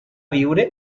viure